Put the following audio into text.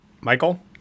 Michael